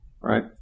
right